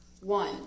One